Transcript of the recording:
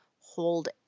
hold